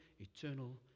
eternal